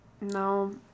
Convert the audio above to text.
No